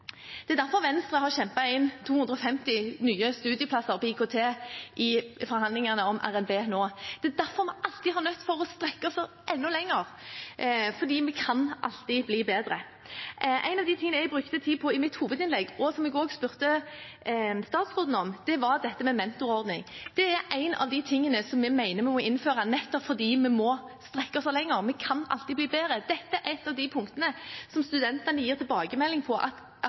Det er derfor Venstre har kjempet inn 250 nye studieplasser i IKT i forhandlingene nå om revidert nasjonalbudsjett. Det er derfor vi alltid er nødt til å strekke oss enda lenger, for vi kan alltid bli bedre. En av de tingene jeg brukte tid på i mitt hovedinnlegg, og som jeg også spurte statsråden om, var dette med mentorordning. Det er en av de tingene jeg mener vi må innføre, nettopp fordi vi må strekke oss lenger, vi kan alltid bli bedre. Dette er et av de punktene som studentene gir tilbakemelding om at institusjonene ikke er gode nok på.